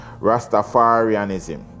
Rastafarianism